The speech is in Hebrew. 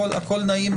הכול נעים,